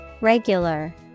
Regular